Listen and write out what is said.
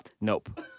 Nope